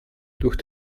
durch